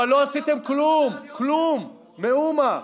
אבל לא עשיתם כלום, כלום, מאומה.